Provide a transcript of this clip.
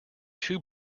two